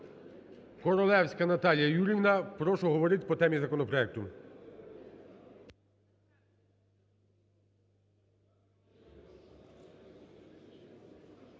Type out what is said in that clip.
Дякую.